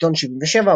עתון 77,